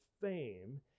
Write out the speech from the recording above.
fame